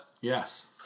Yes